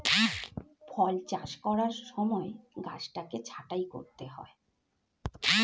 ফল চাষ করার সময় গাছকে ছাঁটাই করতে হয়